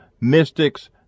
mystics